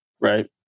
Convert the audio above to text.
Right